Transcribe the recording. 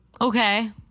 Okay